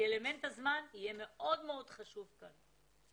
כי אלמנט הזמן יהיה מאוד מאוד חשוב כאן.